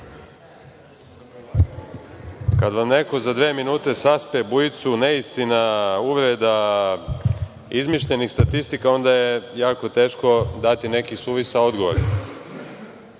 Kada vam neko za dve minute saspe bujicu neistina, uvreda, izmišljenih statistika, onda je jako teško dati neki suvisao odgovor. Bolje